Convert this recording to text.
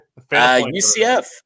UCF